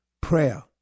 Prayer